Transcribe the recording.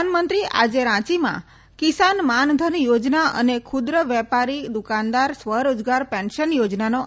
પ્રધાનમંત્રી આજે રાંચીમાં કિસાન માન ધન યોજના અને ખુદ્ર વેપારી દુકાનદાર સ્વરોજગાર પેન્શન યોજનાનો આરંભ કરશે